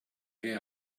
che